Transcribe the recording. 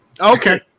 Okay